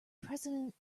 president